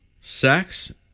sex